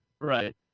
right